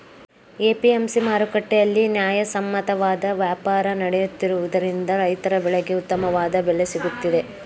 APMC ಮಾರುಕಟ್ಟೆಯಲ್ಲಿ ನ್ಯಾಯಸಮ್ಮತವಾದ ವ್ಯಾಪಾರ ನಡೆಯುತ್ತಿರುವುದರಿಂದ ರೈತರ ಬೆಳೆಗೆ ಉತ್ತಮವಾದ ಬೆಲೆ ಸಿಗುತ್ತಿದೆ